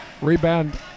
Rebound